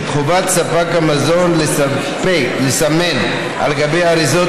את חובת ספק המזון לסמן על גבי אריזות